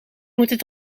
moeten